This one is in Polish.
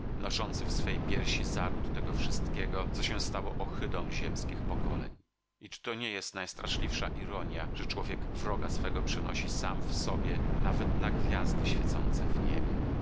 noszące w swej piersi zaród tego wszystkiego co się stało ohydą ziemskich pokoleń i czy to nie jest najstraszliwsza ironja że człowiek wroga swego przenosi sam w sobie nawet na gwiazdy świecące w niebie